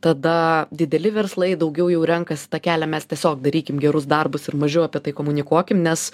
tada dideli verslai daugiau jau renkasi tą kelią mes tiesiog darykim gerus darbus ir mažiau apie tai komunikuokim nes